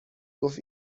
گفت